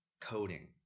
coding